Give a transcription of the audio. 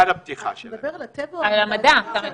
אתה מדבר על מוזיאוני טבע או מוזיאוני מדע?